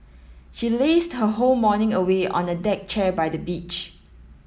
she lazed her whole morning away on a deck chair by the beach